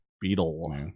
Beetle